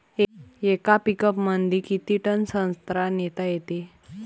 येका पिकअपमंदी किती टन संत्रा नेता येते?